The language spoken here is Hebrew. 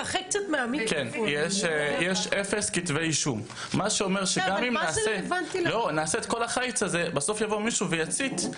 זה אומר שגם אם נעשה את כל החיץ הזה ובסוף יבוא מישהו ויצית,